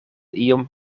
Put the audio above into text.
iom